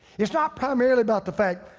it's not primarily about the fact,